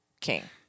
king